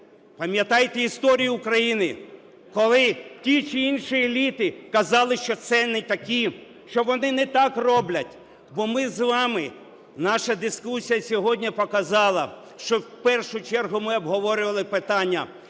пам'ятайте історію України, коли ті чи інші еліти казали, що це не такі, що вони не так роблять, бо ми з вами... наша дискусія сьогодні показала, що, в першу чергу, ми обговорювали питання,